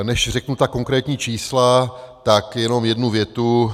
Než řeknu konkrétní čísla, tak jenom jednu větu.